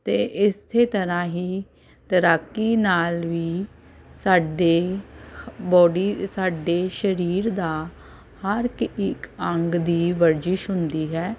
ਅਤੇ ਇਸੇ ਤਰ੍ਹਾਂ ਹੀ ਤੈਰਾਕੀ ਨਾਲ ਵੀ ਸਾਡੇ ਬੌਡੀ ਸਾਡੇ ਸਰੀਰ ਦਾ ਹਰ ਇਕ ਅੰਗ ਦੀ ਵਰਜਿਸ਼ ਹੁੰਦੀ ਹੈ